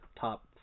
top